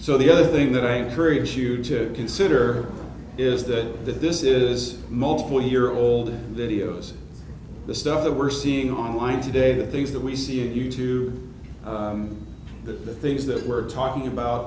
so the other thing that i encourage you to consider is that this is multiple year old videos the stuff that we're seeing online today the things that we see and you too the things that we're talking about